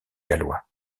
gallois